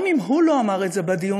גם אם הוא לא אמר את זה בדיון,